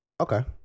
Okay